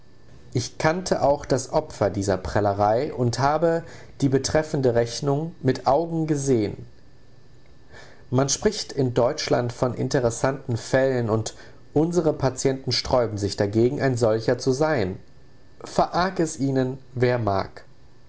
ich kannte auch das opfer dieser prellerei und habe die betreffende rechnung mit augen gesehen man spricht in deutschland von interessanten fällen und unsere patienten sträuben sich dagegen ein solcher zu sein verarg es ihnen wer mag